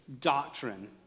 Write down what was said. Doctrine